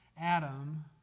Adam